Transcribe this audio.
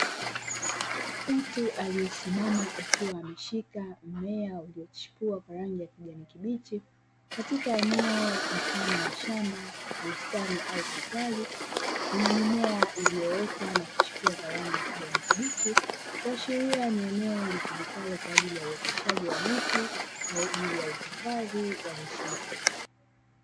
Mtu aliyesimama akiwa ameshika mmea uliochipua kwa rangi ya kijani kibichi katika eneo mfano wa shamba, bustani au kitale chenye mimea iliyoota na kuchipua kwa rangi ya kijani kibichi, kuashiria ni eneo litumikalo kwa ajili ya uwekezaji wa miti kwa ajili ya uhifadhi wa misitu.